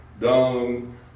dung